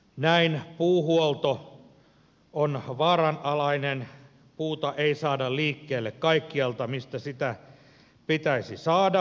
näin puuhuolto on vaaranalainen puuta ei saada liikkeelle kaikkialta mistä sitä pitäisi saada liikkeelle